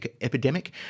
epidemic